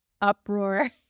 uproar